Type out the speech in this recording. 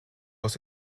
was